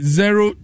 zero